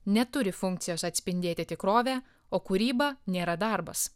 neturi funkcijos atspindėti tikrovę o kūryba nėra darbas